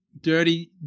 dirty